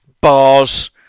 bars